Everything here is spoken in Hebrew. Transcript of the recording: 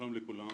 שלום לכולם